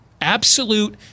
absolute